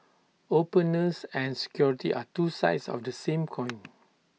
openness and security are two sides of the same coin